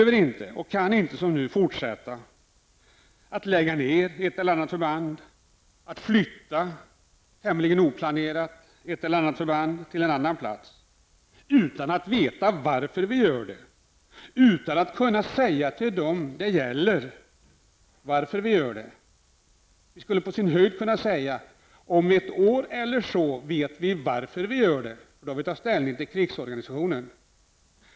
Vi kan inte som nu fortsätta att lägga ned eller flytta förband tämligen oplanerat utan att veta varför och utan att berätta det till dem det gäller. Vi skulle på sin höjd kunna säga att vi vet varför vi gör det om ungefär ett år, därför att då har vi tagit ställning till krigsorganisationen.